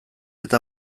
eta